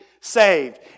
saved